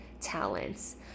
talents